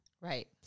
Right